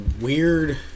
weird